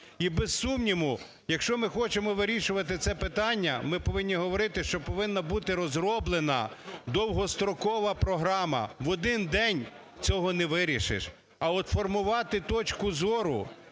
І, без сумніву, якщо ми хочемо вирішувати це питання, ми повинні говорити, що повинна бути розроблена довгострокова програма. В один день цього не вирішиш. А от формувати точку зору